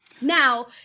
Now